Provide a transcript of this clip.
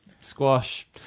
squash